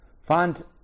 Find